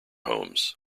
homes